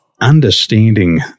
understanding